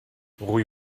rue